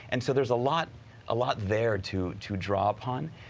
and so there is a lot lot there to to draw upon.